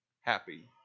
happy